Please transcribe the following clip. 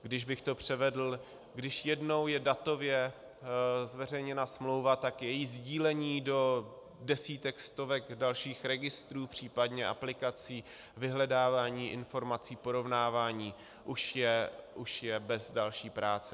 Kdybych to převedl, když jednou je datově zveřejněna smlouva, tak její sdílení do desítek, stovek dalších registrů případně aplikací, vyhledávání informací, porovnávání už je bez další práce.